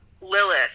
Lilith